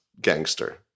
gangster